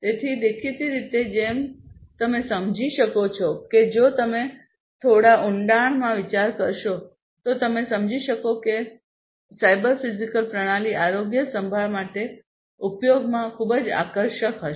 તેથી દેખીતી રીતે જેમ તમે સમજી શકો છો કે જો તમે થોડો ઊંડાણમાં વિચારશો તો તમે સમજી શકશો કે સાયબર ફિઝિકલ પ્રણાલી આરોગ્યસંભાળ માટે ઉપયોગમાં ખૂબ આકર્ષક હશે